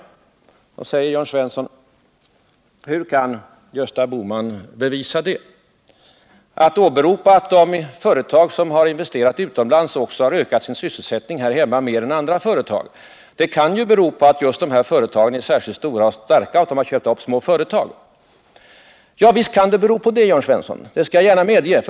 Då säger Jörn Svensson: Hur kan Gösta Bohman bevisa det — att de företag som har investerat utomlands också har ökat sin sysselsättning i Sverige mer än andra företag har gjort kan ju bero på att just dessa företag är stora och starka och har köpt upp små företag. Ja, visst kan det bero på det, Jörn Svensson, det skall jag gärna medge.